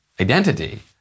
identity